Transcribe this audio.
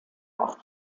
auch